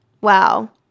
wow